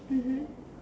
mmhmm